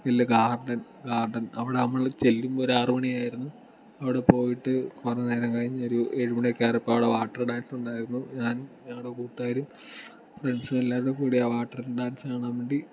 വലിയ garden garden അവിടെ നമ്മൾ ചെല്ലുമ്പോൾ ആറുമണിയായിരുന്നു അവിടെ പോയിട്ട് കുറെ നേരം കഴിഞ്ഞ് ഒരു ഏഴുമണിയൊക്കെ ആയപ്പോൾ അവിടെ വാട്ടർ ഡാൻസ് ഉണ്ടായിരുന്നു ഞാനും വേറെ കൂട്ടുകാരും ഫ്രണ്ട്സും എല്ലാവരും കൂടി ആ വാട്ടർ ഡാൻസ് കാണാൻ വേണ്ടി